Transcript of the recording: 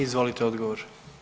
Izvolite odgovor.